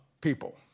people